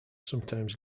sometimes